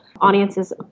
audiences